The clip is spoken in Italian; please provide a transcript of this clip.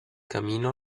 camino